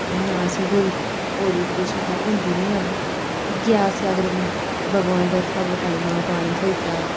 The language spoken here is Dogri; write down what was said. ते इ'यां असें कोई होर इरीगेशन ते होंदी नी ऐ बा इ'यै असें अगर भगवान तरफा कोई टाइमा दा पानी थ्होई जा